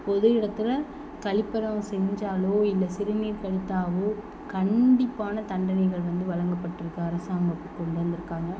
பொது இடத்தில் கழிப்பறை செஞ்சாலோ இல்லை சிறுநீர் கழித்தாவோ கண்டிப்பான தண்டனைகள் வந்து வழங்கப்பட்டிருக்கு அரசாங்கம் கொண்டு வந்திருக்காங்க